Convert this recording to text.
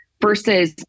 versus